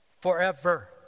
forever